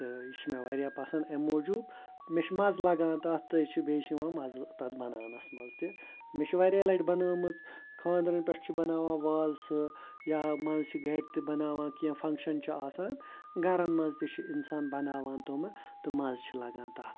تہٕ یہِ چھِ مےٚ واریاہ پسنٛد اَمہِ موٗجوٗب مےٚ چھِ مَزٕ لگان تَتھ تہٕ چھِ بیٚیہِ چھِ یِوان مَزٕ تَتھ بناونَس منٛز تہِ مےٚ چھِ واریاہ لَٹہِ بنٲومٕژ خانٛدرَن پٮ۪ٹھ چھِ بناوان وازٕ سُہ یا منٛزٕ چھِ گَرِ تہِ بناوان کیٚنہہ فَنٛگشَن چھِ آسان گَرَن منٛز تہِ چھِ اِنسان بناوان تِمہٕ تہٕ مَزٕ چھِ لگان تَتھ